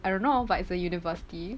I don't know but it's a university